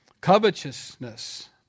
Covetousness